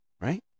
Right